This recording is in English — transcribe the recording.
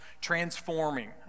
transforming